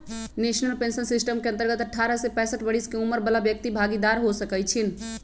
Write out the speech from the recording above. national pension system के अंतर्गत अठारह से पैंसठ बरिश के उमर बला व्यक्ति भागीदार हो सकइ छीन्ह